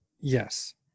Yes